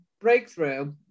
breakthrough